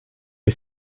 est